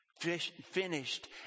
finished